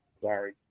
sorry